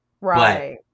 Right